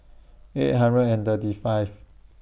eight hundred and thirty five